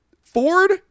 ford